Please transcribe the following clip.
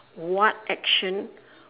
what action